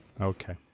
Okay